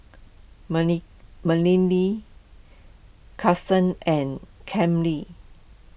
Marilee Kason and Cammie